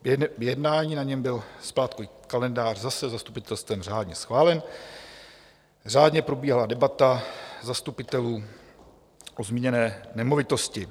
Během jednání, na němž byl splátkový kalendář zase zastupitelstvem řádně schválen, řádně probíhala debata zastupitelů o zmíněné nemovitosti.